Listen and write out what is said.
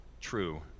true